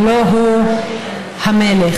הלוא הוא המלך.